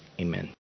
Amen